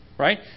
Right